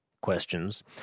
questions